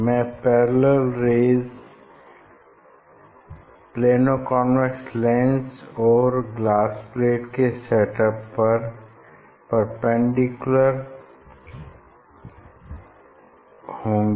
ये parallel rays plano convex lens और glass plate के सेट पर परपेंडिकुलर होंगी